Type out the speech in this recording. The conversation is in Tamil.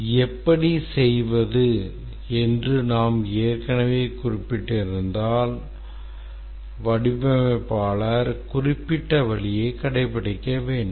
'எப்படி செய்வது' என்று நாம் ஏற்கனவே குறிப்பிட்டிருந்தால் வடிவமைப்பாளர்கள் குறிப்பிட்ட வழியைக் கடைப்பிடிக்க வேண்டும்